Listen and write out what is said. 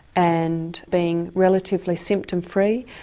and being relatively symptom-free.